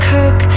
Cook